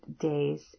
days